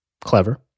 Clever